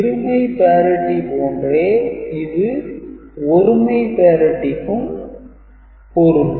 இருமை parity போன்றே இது ஒருமை parityக்கும் பொருந்தும்